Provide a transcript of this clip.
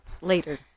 later